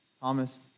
Thomas